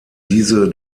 diese